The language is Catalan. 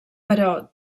però